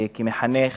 וכמחנך,